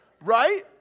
Right